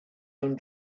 own